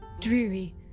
dreary